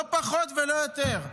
לא פחות ולא יותר,